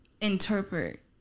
interpret